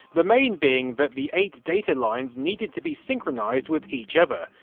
the main being that the eight data lines needed to be synchronised with each other.